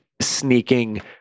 sneaking